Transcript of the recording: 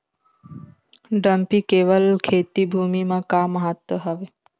Dumpy level का खेती भुमि म का महत्व हावे?